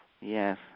Yes